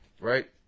right